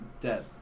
dead